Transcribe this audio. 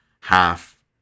half